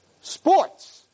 Sports